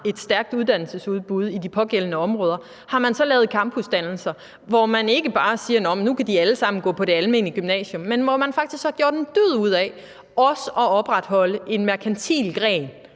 et stærkt uddannelsesudbud i de pågældende områder, har man så lavet campusdannelser, hvor man ikke bare siger, at nu kan de alle sammen gå på det almene gymnasium, for man har faktisk gjort en dyd ud af også at opretholde en merkantil gren,